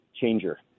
changer